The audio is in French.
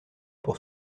pour